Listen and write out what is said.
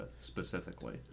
specifically